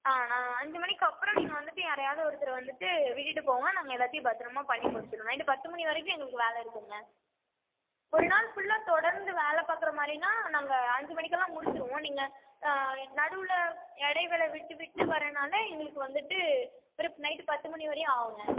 ஆ நாங்கள் அஞ்சு மணிக்கு அப்றம் நீங்கள் வந்துட்டு யாரையாவது ஒருத்தரை வந்துட்டு விட்டுட்டு போங்க நாங்கள் எல்லாத்தியும் பத்திரமா பண்ணி முடிச்சிடுறோம் நைட்டு பத்து மணி வரைக்கும் எங்களுக்கு வேலை இருக்குங்க ஒரு நாள் ஃபுல்லாக தொடர்ந்து வேலை பார்க்குறது மாதிரினா நாங்கள் அஞ்சு மணிக்கெலாம் முடித்துருவோம் நீங்கள் நடுவில் இடைவேளை விட்டு விட்டு வரதுனால எங்களுக்கு வந்துட்டு ஒரு நைட்டு பத்து மணி வரையும் ஆகுங்க